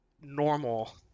normal